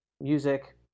music